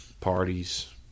parties